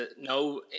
no